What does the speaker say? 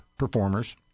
performers